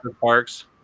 parks